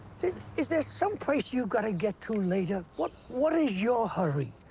is there some place you got to get to later? what what is your hurry?